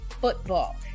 football